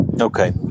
Okay